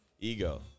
ego